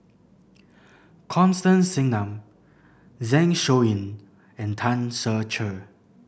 Constance Singam Zeng Shouyin and Tan Ser Cher